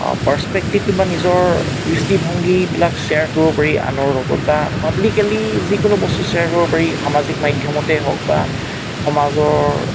পাৰ্স্পেক্টিভটো বা নিজৰ দৃষ্টিভংগীবিলাক শ্বেয়াৰ কৰিব পাৰি আনৰ লগত বা পাব্লিকেলি যিকোনো বস্তু শ্বেয়াৰ কৰিব পাৰি সামাজিক মাধ্যমতে হওক বা সমাজৰ